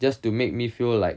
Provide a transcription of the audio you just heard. just to make me feel like